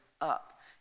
up